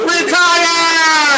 Retire